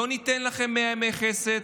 לא ניתן לכם 100 ימי חסד,